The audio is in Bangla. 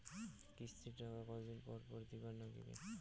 কিস্তির টাকা কতোদিন পর পর দিবার নাগিবে?